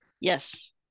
Yes